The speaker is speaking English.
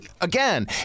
Again